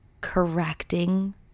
correcting